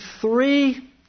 three